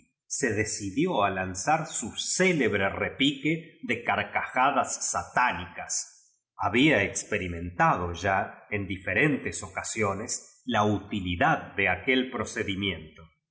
se decidió a lanzar su cé lebre tc pique de carcajadas satánicas había experimentado ya en diferentes mh usionch la utilidad de aquel procedimien to